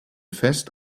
fest